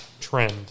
trend